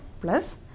Plus